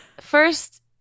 first